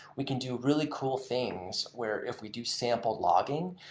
we can do really cool things, where if we do sampled logging,